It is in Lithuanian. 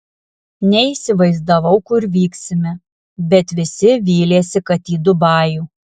neįsivaizdavau kur vyksime bet visi vylėsi kad į dubajų